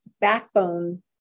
backbone